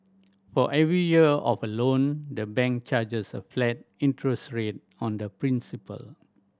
for every year of a loan the bank charges a flat interest rate on the principal